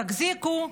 תחזיקו,